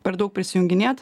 per daug prisijunginėt